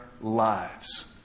lives